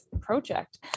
project